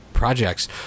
projects